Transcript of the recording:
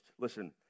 Listen